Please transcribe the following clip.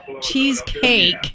cheesecake